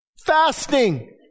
fasting